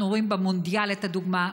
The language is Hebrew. אנחנו רואים במונדיאל את הדוגמה,